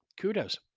Kudos